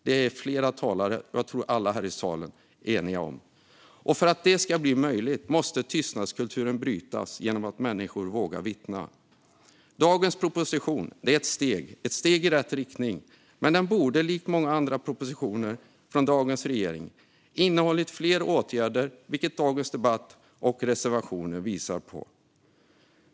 Det är flera talare och jag tror alla här i salen eniga om. För att det ska bli möjligt måste tystnadskulturen brytas genom att människor vågar vittna. Denna proposition är ett steg i rätt riktning. Men den borde, likt många andra propositioner från dagens regering, innehålla fler förslag på åtgärder. Det visar denna debatt och reservationerna på.